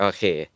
Okay